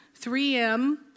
3M